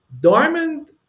Diamond